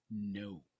no